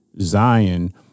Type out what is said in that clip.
Zion